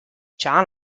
john